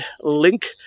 link